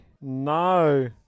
No